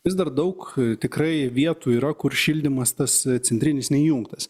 vis dar daug tikrai vietų yra kur šildymas tas centrinis neįjungtas